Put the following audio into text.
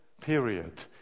period